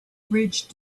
bridge